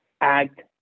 act